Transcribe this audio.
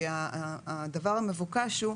כי הדבר המבוקש הוא,